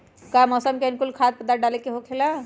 का मौसम के अनुकूल खाद्य पदार्थ डाले के होखेला?